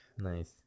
Nice